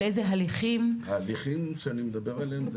על איזה הליכים --- ההליכים שאני מדבר עליהם זה